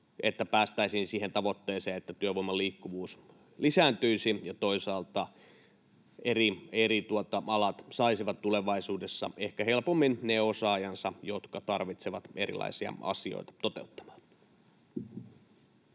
että päästäisiin siihen tavoitteeseen, että työvoiman liikkuvuus lisääntyisi ja toisaalta eri alat saisivat tulevaisuudessa ehkä helpommin ne osaajansa, jotka ne tarvitsevat erilaisia asioita toteuttamaan.